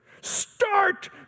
Start